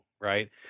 Right